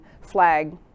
flag